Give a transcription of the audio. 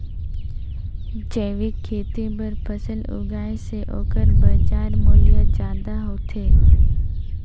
जैविक खेती बर फसल उगाए से ओकर बाजार मूल्य ज्यादा होथे